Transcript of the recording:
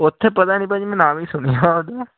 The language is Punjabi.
ਉੱਥੇ ਪਤਾ ਨਹੀਂ ਭਾਅ ਜੀ ਮੈਂ ਨਾਮ ਈ ਸੁਣਿਆ ਉਹਦਾ